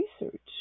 research